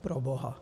Proboha.